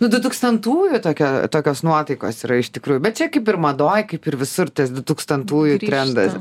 nu dutūkstantųjų tokia tokios nuotaikos yra iš tikrųjų bet čia kaip ir madoj kaip ir visur tas dutūkstantųjų trendas